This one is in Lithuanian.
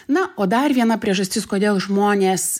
na o dar viena priežastis kodėl žmonės